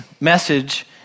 message